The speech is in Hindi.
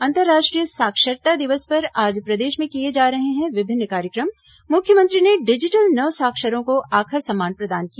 अंतर्राष्ट्रीय साक्षरता दिवस पर आज प्रदेश में किए जा रहे हैं विभिन्न कार्यक्रम मुख्यमंत्री ने डिजिटल नवसाक्षरों को आखर सम्मान प्रदान किया